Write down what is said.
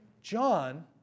John